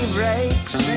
breaks